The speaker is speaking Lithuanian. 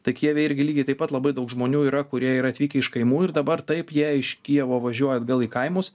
tai kijeve irgi lygiai taip pat labai daug žmonių yra kurie yra atvykę iš kaimų ir dabar taip jie iš kijevo važiuoja atgal į kaimus